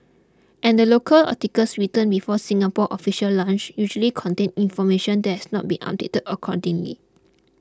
and the local articles written before Singapore's official launch usually contain information that has not been updated accordingly